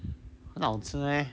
很好吃 meh